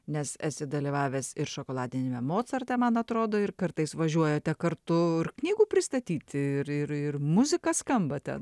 nes esi dalyvavęs ir šokoladiniame mocarte man atrodo ir kartais važiuojate kartu ir knygų pristatyti ir ir ir muzika skamba ten